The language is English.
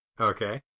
Okay